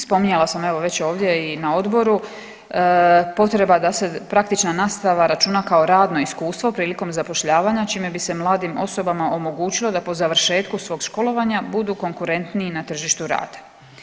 Spominjala sam evo već ovdje i na odboru potreba da se praktična nastava računa kao radno iskustvo prilikom zapošljavanja čime bi se mladim osobama omogućilo da po završetku svog školovanja budu konkurentniji na tržištu rada.